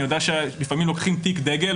אני יודע שלפעמים לוקחים תיק דגל,